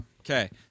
Okay